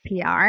PR